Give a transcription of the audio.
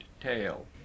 tail